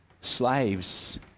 Slaves